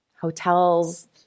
Hotels